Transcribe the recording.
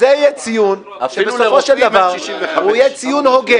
זה יהיה ציון שבסופו של דבר הוא יהיה ציון הוגן.